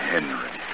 Henry